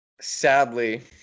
Sadly